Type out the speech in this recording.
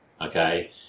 okay